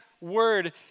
word